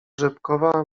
rzepkowa